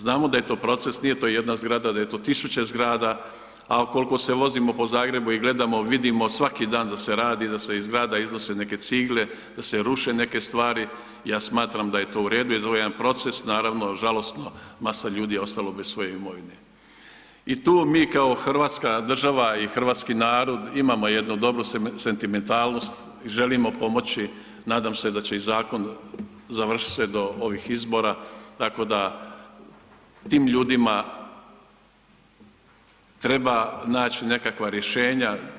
Znamo da je to proces, nije to jedna zgrada, da je to tisuće zgrada, a ukoliko se vozimo po Zagrebu i gledamo, vidimo svaki dan da se radi i da se iz zgrada iznose neke cigle, da se ruše neke stvari, ja smatram da je to u redu jer ovo je jedan proces, naravno, žalosno, masa ljudi je ostalo bez svoje imovine i tu mi kao hrvatska država i hrvatski narod imamo jednu dobru sentimentalnost i želimo pomoći, nadam se da će i zakon završiti se do ovih izbora tako da tim ljudima, treba naći nekakva rješenja.